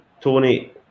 Tony